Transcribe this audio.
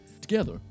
Together